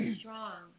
strong